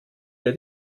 wir